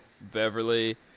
Beverly